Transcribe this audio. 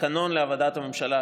התקנון לעבודת הממשלה,